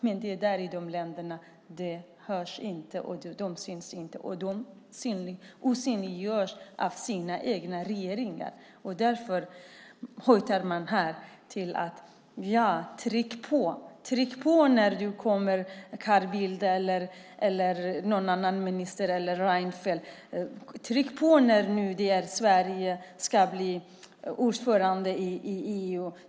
Men i de länderna hörs och syns de inte. De osynliggörs av sina regeringar. Det är därför som man ropar här: Tryck på! Tryck på när Carl Bildt, någon annan minister eller Fredrik Reinfeldt kommer! Tryck på när nu Sverige ska bli ordförande i EU!